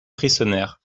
frissonnèrent